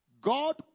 God